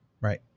right